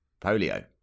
polio